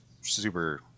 super